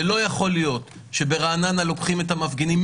לא יכול להיות שברעננה לוקחים את המפגינים,